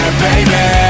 baby